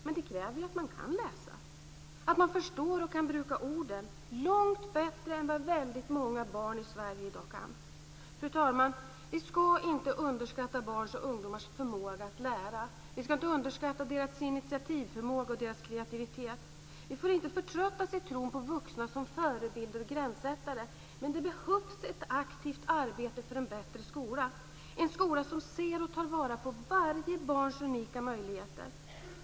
Men det kräver att man kan läsa, att man förstår och kan bruka orden långt bättre än väldigt många barn i Sverige i dag kan. Fru talman! Vi ska inte underskatta barns och ungdomars förmåga att lära. Vi ska inte underskatta deras initiativförmåga och deras kreativitet. Vi får inte förtröttas i tron på vuxna som förebilder och gränssättare. Men det behövs ett aktivt arbete för en bättre skola, en skola som ser och tar vara på varje barns unika möjligheter.